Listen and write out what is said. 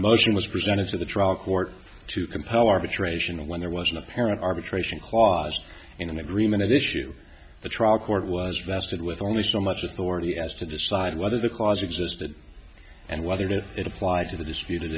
a motion was presented to the trial court to compel arbitration when there was an apparent arbitration clause in an agreement at issue the trial court was vested with only so much authority as to decide whether the clause existed and whether or not it applied to the disputed